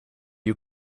you